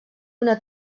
una